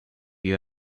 you